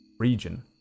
region